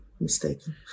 mistaken